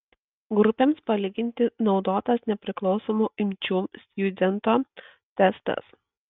grupėms palyginti naudotas nepriklausomų imčių stjudento testas